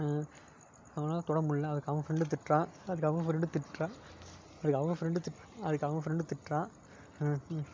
அவனால் தொட முடியலை அதுக்கு அவன் ஃபிரெண்டு திட்டுறான் அதுக்கு அவன் ஃபிரெண்டு திட்டுறான் அதுக்கு அவங்க ஃபிரெண்டு திட் அதுக்கு அவங்க ஃபிரெண்டு திட்டுறான்